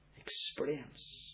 experience